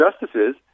justices